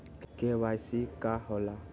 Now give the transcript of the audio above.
KYC का होला?